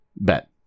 bet